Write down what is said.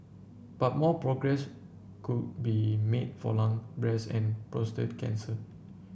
but more progress could be made for lung breast and prostate cancer